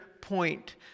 point